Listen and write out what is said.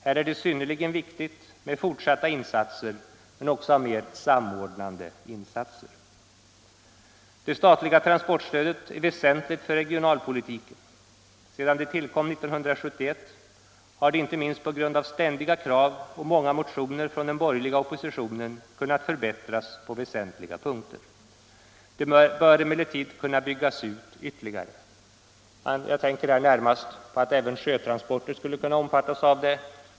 Här är det synnerligen viktigt med fortsatta insatser men också med mer samordnande åtgärder. Det statliga transportstödet är väsentligt för regionalpolitiken. Sedan det tillkom 1971 har det inte minst på grund av ständiga krav och många motioner från den borgerliga oppositionen kunnat förbättras på väsentliga punkter. Det bör emellertid kunna byggas ut ytterligare. Jag tänker närmast på att även sjötransporter skulle kunna omfattas av stödet.